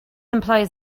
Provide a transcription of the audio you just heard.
implies